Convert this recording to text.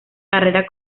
carrera